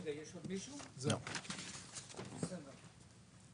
תודה רבה לכם.